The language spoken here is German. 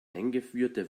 eingeführte